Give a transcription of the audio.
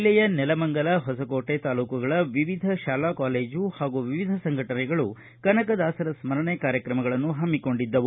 ಜಿಲ್ಲೆಯ ನೆಲಮಂಗಲ ಹೊಸಕೋಟೆ ತಾಲ್ಲೂಕುಗಳ ವಿವಿಧ ಶಾಲಾ ಕಾಲೇಜು ಹಾಗೂ ವಿವಿಧ ಸಂಘಟನೆಗಳು ಕನಕದಾಸರ ಸ್ಕರಣೆ ಕಾರ್ಯಕ್ರಮಗಳನ್ನು ಹಮ್ಮಿಕೊಂಡಿದ್ದವು